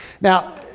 Now